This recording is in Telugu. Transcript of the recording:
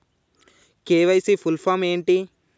కే.వై.సీ ఫుల్ ఫామ్ ఏంటి?